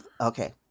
Okay